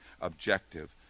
objective